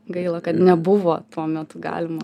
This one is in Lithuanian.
gaila kad nebuvo tuo metu galima